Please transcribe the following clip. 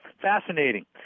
Fascinating